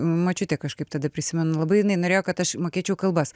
močiutė kažkaip tada prisimenu labai jinai norėjo kad aš mokėčiau kalbas